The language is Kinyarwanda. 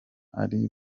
ari